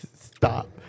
Stop